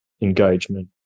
engagement